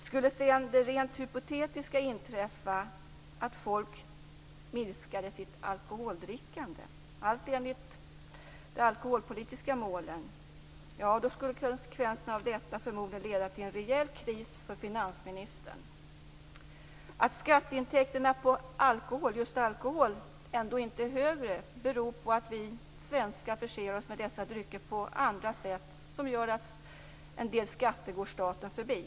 Skulle det rent hypotetiska inträffa att folk minskade sitt alkoholdrickande, allt enligt de alkoholpolitiska målen, skulle konsekvensen av detta förmodligen bli en rejäl kris för finansministern. Att skatteintäkterna just på alkoholdrycker ändå inte är högre beror på att vi svenskar förser oss med dessa drycker på andra sätt, vilket gör att en del skatter går staten förbi.